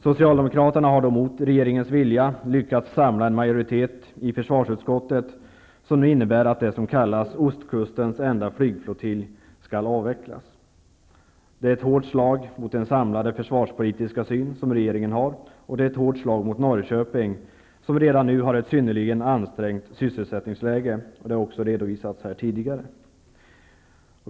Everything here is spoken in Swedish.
Socialdemokraterna har emot regeringens vilja lyckats samla en majoritet i försvarsutskottet, vilket nu innebär att det som kallas Ostkustens enda flygflottilj skall avvecklas. Det är ett hårt slag mot den samlade försvarspolitiska syn som regeringen har, och det är ett hårt slag mot Norrköping, som redan nu har ett synnerligen ansträngt sysselsättningsläge. Det har också redovisats här tidigare.